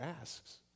asks